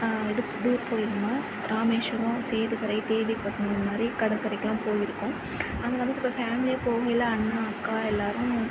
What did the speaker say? இதுக்கு டூர் போயிருந்தோம் ராமேஸ்வரம் சேதுக்கரை தேவிப்பட்டிணம் இதுமாதிரி கடற்கரைக்கெலாம் போயிருக்கோம் அங்கே வந்துட்டு இப்போ ஃபேமிலியாக போகயில அண்ணா அக்கா எல்லோரும்